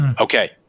Okay